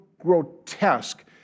grotesque